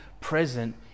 present